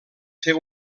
féu